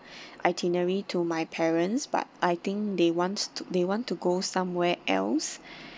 itinerary to my parents but I think they want to they want to go somewhere else